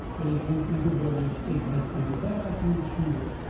but it won't be the worry it has been that i feel sure.